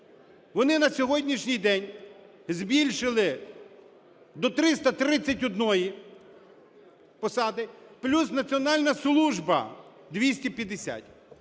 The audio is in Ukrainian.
Вони на сьогоднішній день збільшили до 331 посади, плюс Національна служба – 250.